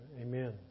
Amen